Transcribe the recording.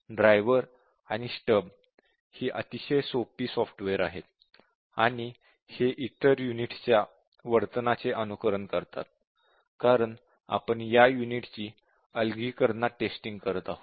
driver आणि stub ही अतिशय सोपी सॉफ्टवेअर आहेत आणि हे इतर युनिट्सच्या वर्तनाचे अनुकरण करतात कारण आपण या युनिटची अलगीकरणात टेस्टिंग करत आहोत